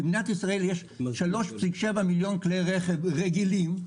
במדינת ישראל יש 3.7 מיליון כלי רכב רגילים,